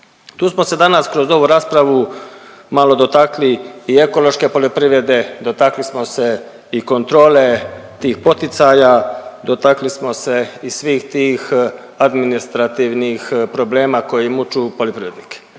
Tu smo se danas kroz ovu raspravu malo dotakli i ekološke poljoprivrede, dotakli smo se i kontrole tih poticaja, dotakli smo se i svih tih administrativnih problema koji muću poljoprivrednike.